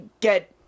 get